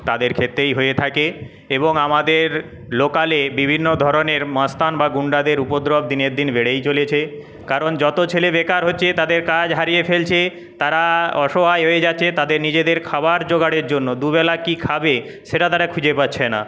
তাদের ক্ষেত্রেই হয়ে থাকে এবং আমাদের লোকালে বিভিন্ন ধরনের মস্তান বা গুণ্ডাদের উপদ্রব দিনের দিন বেড়েই চলেছে কারণ যত ছেলে বেকার হচ্ছে তাদের কাজ হারিয়ে ফেলছে তারা অসহায় হয়ে যাচ্ছে তাদের নিজেদের খাবার জোগাড়ের জন্য দুবেলা কী খাবে সেটা তারা খুঁজে পাচ্ছে না